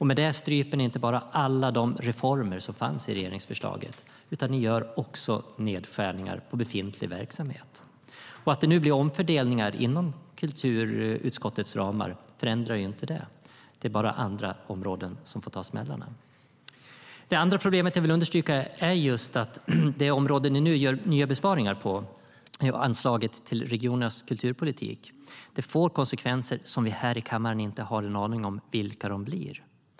Med det stryper ni inte bara alla de reformer som fanns i regeringsförslaget, utan ni gör också nedskärningar av befintlig verksamhet. Att det nu blir omfördelningar inom kulturutskottets ramar förändrar inte det. Det är bara andra områden som får ta smällarna. Det andra problemet jag vill understryka gäller just det område som ni nu gör nya besparingar på, anslaget till regionernas kulturpolitik. Vi här i kammaren har inte en aning om vilka konsekvenser det får.